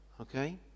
Okay